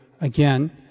again